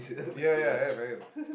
ya ya I am I am